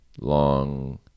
long